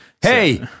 Hey